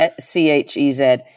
C-H-E-Z